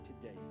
today